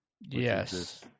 Yes